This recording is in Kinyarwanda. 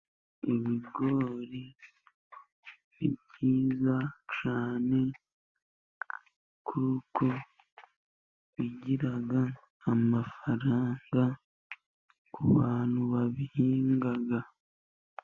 Ibigori ni byiza cyane kuko bigira amafaranga ku bantu babihinga.